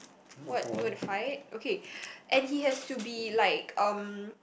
what you want to fight okay and he has to be like um